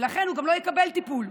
ולכן הוא גם לא יקבל טיפול.